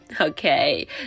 Okay